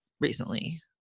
recently